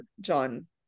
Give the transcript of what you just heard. John